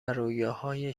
رویاهای